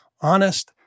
honest